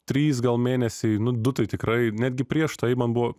trys gal mėnesiai nu du tai tikrai netgi prieš tai man buvo